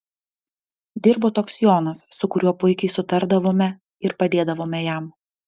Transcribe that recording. dirbo toks jonas su kuriuo puikiai sutardavome ir padėdavome jam